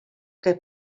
que